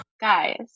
guys